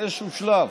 באיזשהו שלב.